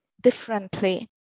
differently